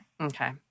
okay